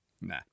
Nah